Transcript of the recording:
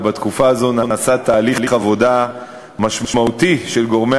ובתקופה זו נעשה תהליך עבודה משמעותי של גורמי